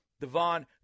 Devon